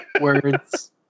words